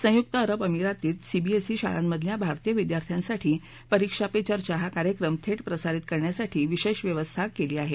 संयुक्त अरब अमिरातीत सीबीएसई शाळांमधल्या भारतीय विद्यार्थ्यांसाठी परिक्षा पे चर्चा हा कार्यक्रम थेट प्रसारित करण्यासाठी विशेष व्यवस्था केली आहे